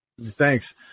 Thanks